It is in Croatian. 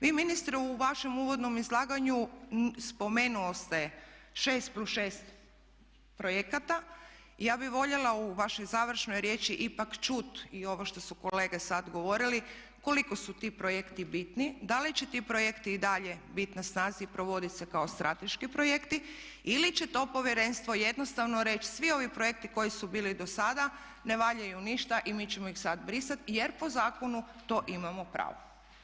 Vi ministre u vašem uvodnom izlaganju spomenuli ste 6+6 projekata i ja bi voljela u vašoj završnoj riječi ipak čut i ovo što su kolege sad govorili koliko su ti projekti bitni, da li će ti projekti i dalje biti na snazi i provodit se kako strateški projekti ili će to povjerenstvo jednostavno reć svi ovi projekti koji su bili dosada ne valjaju ništa i mi ćemo ih sad brisati jer po zakonu to imamo pravo.